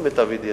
למיטב ידיעתי,